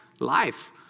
Life